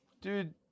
Dude